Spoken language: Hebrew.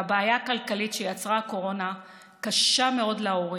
והבעיה הכלכלית שיצרה הקורונה קשה מאוד להורים.